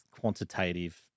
quantitative